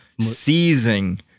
seizing